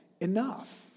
enough